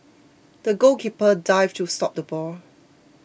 the goalkeeper dived to stop the ball